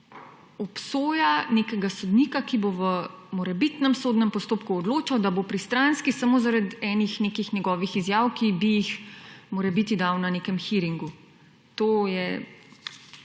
obsoja nekega sodnika, ki bo v morebitnem sodnem postopku odločal, da bo pristranski samo zaradi enih nekih njegovih izjav, ki bi jih morebiti dal na nekem hearingu. To je,